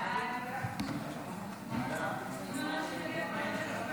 ההצעה להעביר